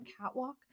catwalk